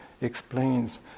explains